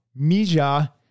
Mija